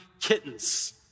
kittens